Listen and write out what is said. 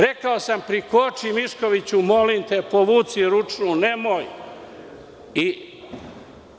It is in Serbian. Rekao sam – prikoči, Miškoviću, molim te, povuci ručnu, nemojte.